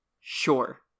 sure